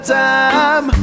time